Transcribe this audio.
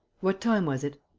what time was it?